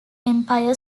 empire